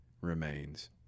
remains